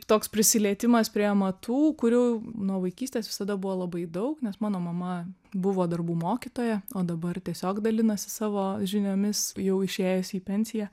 toks prisilietimas prie amatų kurių nuo vaikystės visada buvo labai daug nes mano mama buvo darbų mokytoja o dabar tiesiog dalinasi savo žiniomis jau išėjusi į pensiją